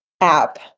app